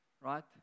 right